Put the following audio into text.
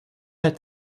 had